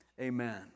Amen